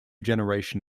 generation